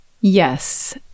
Yes